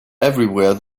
everywhere